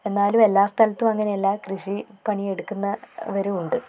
എന്നാലും എല്ലാ സ്ഥലത്തും അങ്ങനെ എല്ലാ കൃഷിപ്പണി എടുക്കുന്നവരും ഉണ്ട്